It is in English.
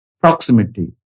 proximity